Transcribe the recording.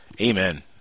Amen